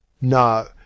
No